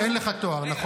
יש לך תואר ראשון?